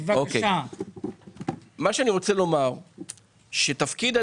מה שלא נעשה בהסכמים קודמים,